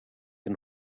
and